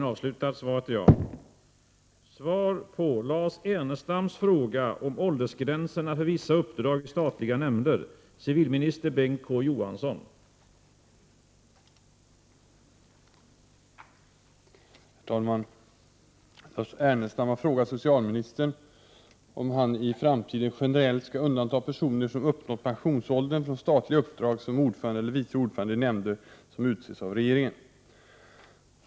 Herr talman! Lars Ernestam har frågat socialministern om han i framtiden generellt skall undanta personer som uppnått pensionsåldern från statliga uppdrag som ordförande eller vice ordförande i nämnder som utses av regeringen.